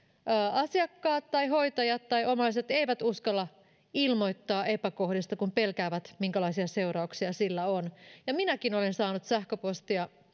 asiakkaat tai hoitajat tai omaiset eivät uskalla ilmoittaa epäkohdista kun pelkäävät minkälaisia seurauksia sillä on ja minäkin olen saanut sähköpostia